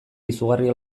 izugarri